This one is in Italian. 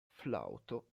flauto